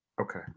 Okay